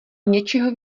něčeho